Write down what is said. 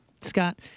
Scott